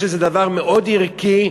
יש איזה דבר מאוד ערכי,